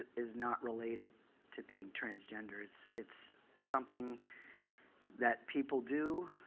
is not related to being transgender. it's it's something that people do